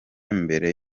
mbere